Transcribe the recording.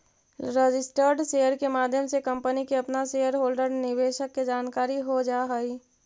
registered share के माध्यम से कंपनी के अपना शेयर होल्डर निवेशक के जानकारी हो जा हई